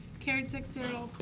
carried six zero.